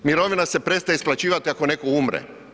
Mirovina se prestaje isplaćivati ako netko umre.